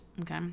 Okay